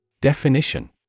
Definition